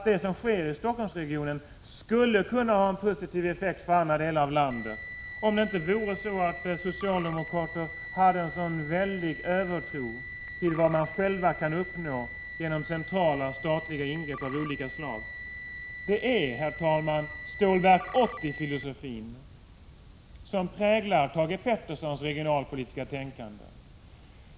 Det som sker i Stockholmsregionen skulle nämligen kunna ha en positiv effekt för andra delar av landet, om socialdemokrater inte hade en sådan väldig övertro på vad man själv kan uppnå genom centrala, statliga ingrepp av olika slag. Det är, herr talman, Stålverk 80-filosofin som präglar Thage Petersons regionalpolitiska tänkande.